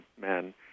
men